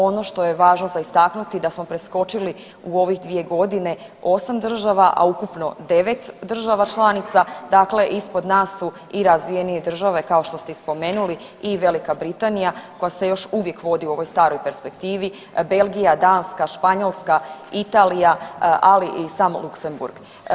Ono što je važno za istaknuti da smo preskočili u ovih dvije godine 8 država, a ukupno 9 država članica, dakle ispod nas su i razvijenije države kao što ste i spomenuli i Velika Britanija koja se još uvijek vodi u ovoj staroj perspektivi, Belgija, Danska, Španjolska, Italija ali i sam Luxemburg.